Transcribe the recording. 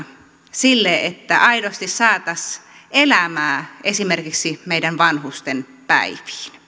sille että aidosti saataisiin elämää esimerkiksi meidän vanhustemme päiviin